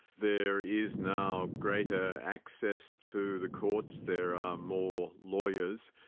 there is now greater access to the courts. there are more lawyers.